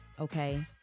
okay